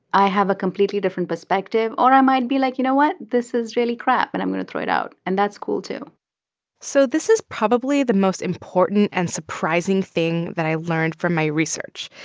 i have a completely different perspective. or i might be like, you know what? this is really crap and i'm going to throw it out. and that's cool, too so this is probably the most important and surprising thing that i learned from my research.